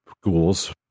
ghouls